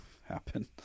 happen